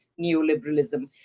neoliberalism